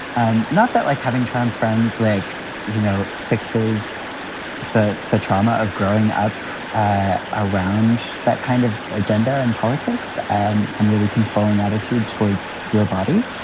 um not that like having trans friends, like, you know, fixes that the trauma of growing up ah around that kind of agenda and politics and and really controlling attitude towards your body.